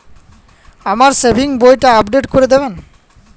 আমার সেভিংস বইটা আপডেট করে দেবেন?